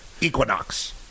Equinox